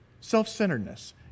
self-centeredness